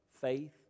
faith